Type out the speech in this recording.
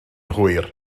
hwyr